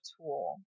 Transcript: tool